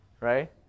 right